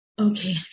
Okay